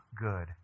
good